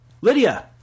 Lydia